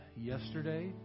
yesterday